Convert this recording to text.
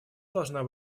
должна